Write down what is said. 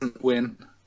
win